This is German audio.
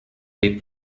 lebt